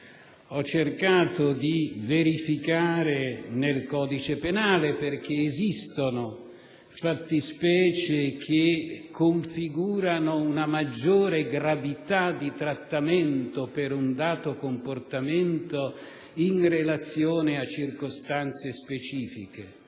Ho cercato di verificare nel codice penale, perché esistono fattispecie che configurano una maggiore gravità di trattamento per un dato comportamento in relazione a circostanze specifiche.